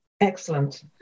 Excellent